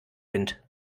wind